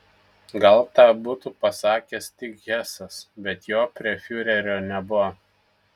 gal tą būtų pasakęs tik hesas bet jo prie fiurerio nebuvo